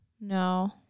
No